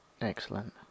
Excellent